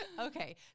okay